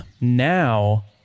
Now